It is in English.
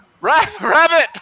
rabbit